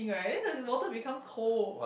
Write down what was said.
if like that then the water become cold